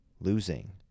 losing